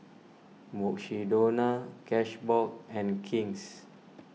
Mukshidonna Cashbox and King's